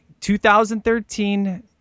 2013